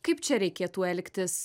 kaip čia reikėtų elgtis